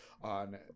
on